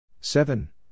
seven